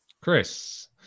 Chris